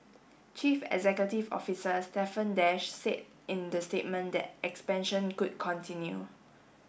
chief executive officer Stephen Dash said in the statement that expansion could continue